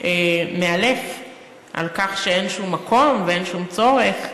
באמת מאלף על כך שאין לו שום מקום ושום צורך.